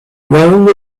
rome